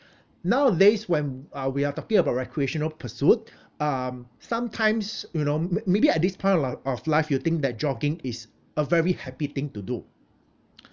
nowadays when uh we are talking about recreational pursuit um sometimes you know may~ maybe at this point of of life you think that jogging is a very happy thing to do